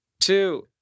Two